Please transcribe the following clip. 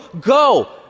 Go